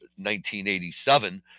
1987